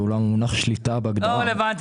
ואולם המונח "שליטה" בהגדרה האמורה